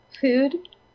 food